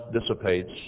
dissipates